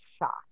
shock